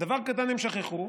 דבר קטן הם שכחו,